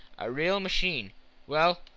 a real machine well,